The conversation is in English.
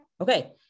Okay